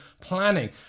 planning